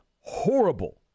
horrible